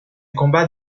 combats